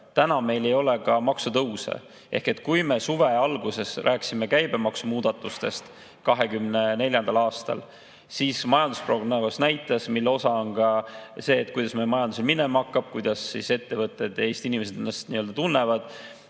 Tänaseks ei ole meil ka maksutõuse olnud. Kui me suve alguses rääkisime käibemaksumuudatustest 2024. aastal, siis majandusprognoos näitas – mille osa on ka see, kuidas meie majandusel minema hakkab, kuidas ettevõtted ja Eesti inimesed ennast tunnevad